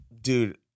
dude